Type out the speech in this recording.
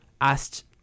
asked